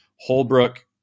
Holbrook